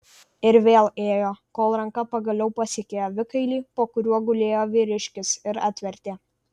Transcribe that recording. ir vėl ėjo kol ranka pagaliau pasiekė avikailį po kuriuo gulėjo vyriškis ir atvertė